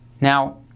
Now